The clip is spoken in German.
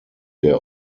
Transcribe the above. der